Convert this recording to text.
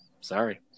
sorry